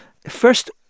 first